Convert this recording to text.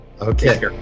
Okay